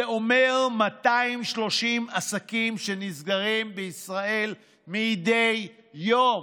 זה אומר ש-230 עסקים נסגרים בישראל מדי יום,